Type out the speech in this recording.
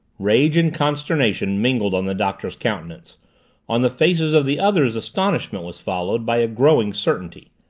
rage and consternation mingled on the doctor's countenance on the faces of the others astonishment was followed by a growing certainty.